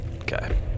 Okay